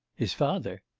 his father?